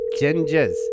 Gingers